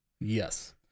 Yes